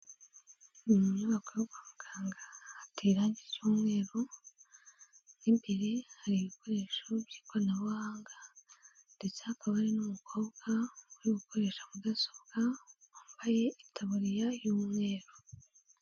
Ni mu nyubako yo kwa muganga hateye irangi ry’umweru, mo imbere hari ibikoresho by'ikoranabuhanga ndetse hakaba hari n'umukobwa uri gukoresha mudasobwa wambaye itaburiya y'umweru.